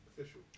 official